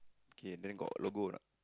okay then got logo a not